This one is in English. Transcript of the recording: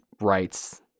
rights